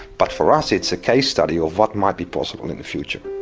but for us it's a case study of what might be possible in the future.